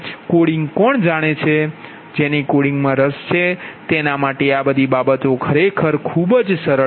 coding કોણ જાણે છે જેને કોડિંગમાં રસ છે તેના માટે આ બધી બાબતોખરેખર સરળ છે